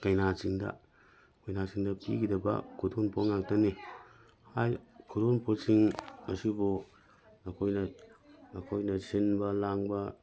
ꯀꯩꯅꯥꯁꯤꯡꯗ ꯀꯩꯅꯥꯁꯤꯡꯗ ꯄꯤꯒꯗꯕ ꯈꯨꯗꯣꯟ ꯄꯣꯠ ꯉꯥꯛꯇꯅꯤ ꯈꯨꯗꯣꯟ ꯄꯣꯠꯁꯤꯡ ꯑꯁꯤꯕꯨ ꯑꯩꯈꯣꯏꯅ ꯑꯩꯈꯣꯏꯅ ꯁꯤꯟꯕ ꯂꯥꯡꯕ